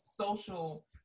social